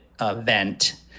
event